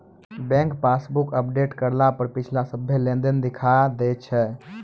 bank passbook update करला पर पिछला सभ्भे लेनदेन दिखा दैय छै